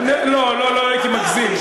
לא, לא הייתי מגזים.